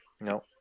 no